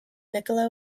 nikola